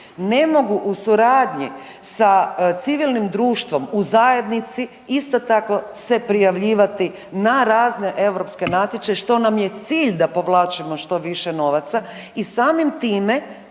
Ne mogu u suradnji sa civilnim društvom u zajednici isto tako se prijavljivati na razne europske natječaje što nam je cilj da povlačimo što više novaca i samim time